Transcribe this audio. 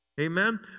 Amen